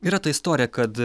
yra ta istorija kad